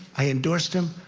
i endorsed him,